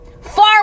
Far